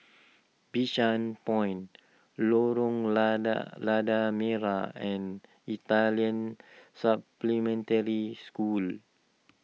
Bishan Point Lorong Lada Lada Merah and Italian Supplementary School